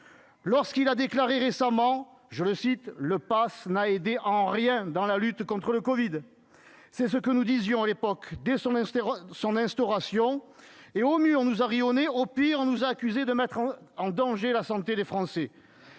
lorsqu'il a déclaré récemment :« Le passe n'a aidé en rien dans la lutte contre le covid. » C'est ce que nous disions à l'époque, dès l'instauration du passe. Au mieux, on nous a ri au nez ; au pire, on nous a accusés de mettre la santé des Français